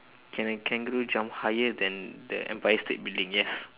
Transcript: can a kangaroo jump higher than the empire state building yes